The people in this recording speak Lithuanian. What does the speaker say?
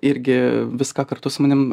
irgi viską kartu su manim